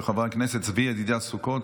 של חבר הכנסת צבי ידידיה סוכות